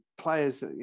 players